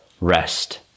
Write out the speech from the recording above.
rest